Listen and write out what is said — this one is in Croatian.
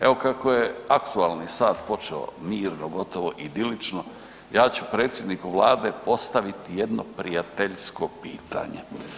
Evo, kako je aktualni sat počeo mirno, gotovo idilično, ja ću predsjedniku Vlade postaviti jedno prijateljsko pitanje.